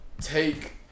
take